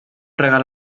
regal